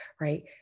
right